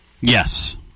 Yes